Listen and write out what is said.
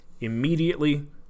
immediately